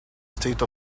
state